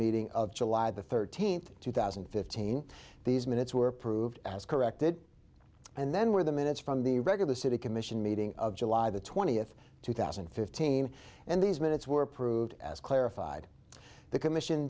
meeting of july the thirteenth two thousand and fifteen these minutes were approved as corrected and then were the minutes from the regular city commission meeting of july the twentieth two thousand and fifteen and these minutes were approved as clarified the commission